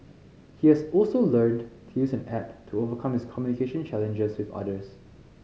he has also learnt to use an app to overcome his communication challenges with others